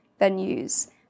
venues